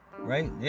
right